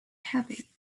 heavy